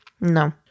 No